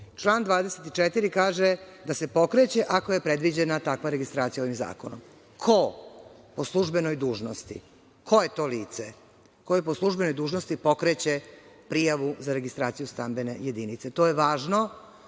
24. kaže da se pokreće ako je predviđena takva registracija ovim zakonom. Ko po službenoj dužnosti? Ko je to lice koje po službenoj dužnosti pokreće prijavu za registraciju stambene jedinice? To je važno